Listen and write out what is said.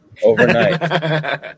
Overnight